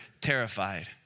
terrified